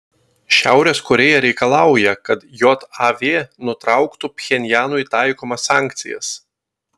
šiaurės korėja reikalauja kad jav nutrauktų pchenjanui taikomas sankcijas